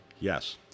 Yes